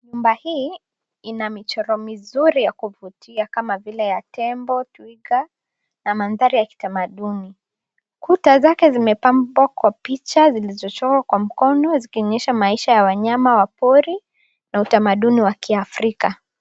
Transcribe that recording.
Nyumba hii in michoro mizuri ya kuvutia, kama vile ya tembo, twiga, na mandhari ya kitamaduni. Kuta zake zimepambwa kwa picha zilizochorwa kwa mkono, zikionyesha maisha ya wanyama wa pori na utamaduni wa Kiafrika.